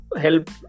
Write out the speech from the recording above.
help